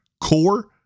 core